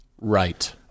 Right